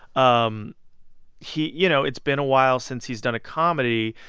um he you know, it's been a while since he's done a comedy,